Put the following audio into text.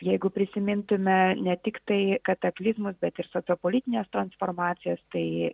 jeigu prisimintume ne tiktai kataklizmus bet ir sociopolitines transformacijas tai